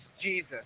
Jesus